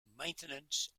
maintenance